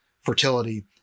fertility